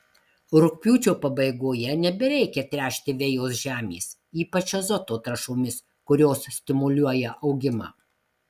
rugpjūčio pabaigoje nebereikia tręšti vejos žemės ypač azoto trąšomis kurios stimuliuoja augimą